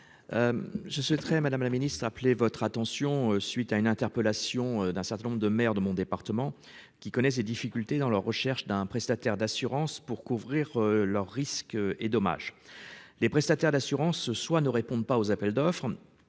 Je souhaiterais Madame la Ministre appeler votre attention suite à une interpellation d'un certain nombre de maires de mon département qui connaissent des difficultés dans leur recherche d'un prestataire d'assurance pour couvrir leurs risques et dommages les prestataires d'assurance soit ne répondent pas aux appels d'offres